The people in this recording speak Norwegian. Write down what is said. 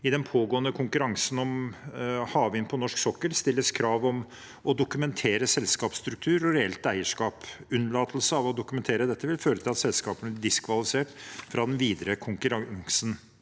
I den pågående konkurransen om havvind på norsk sokkel stilles det krav om å dokumentere selskapsstruktur og reelt eierskap. Unnlatelse av å dokumentere dette vil føre til at selskapene blir diskvalifisert fra den videre konkurransen.